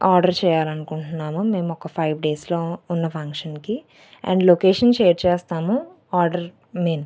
order చేయాలని అనుకుంటున్నాము మేము ఒక ఫైవ్ డేస్లో ఉన్న ఫంక్షన్కి అండ్ లొకేషన్ షేర్ చేస్తాము ఆర్డర్ మెయిన్